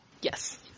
Yes